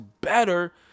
better